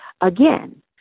again